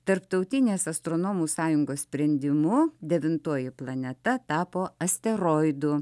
tarptautinės astronomų sąjungos sprendimu devintoji planeta tapo asteroidu